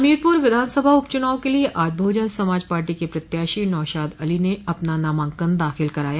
हमीरपुर विधानसभा उपचुनाव के लिये आज बहुजन समाज पार्टी के प्रत्याशी नौशाद अली ने अपना नामांकन दाखिल कराया